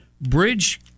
bridge